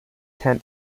ten